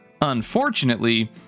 Unfortunately